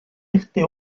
este